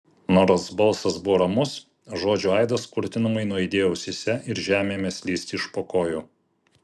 nors balsas buvo ramus žodžių aidas kurtinamai nuaidėjo ausyse ir žemė ėmė slysti iš po kojų